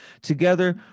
Together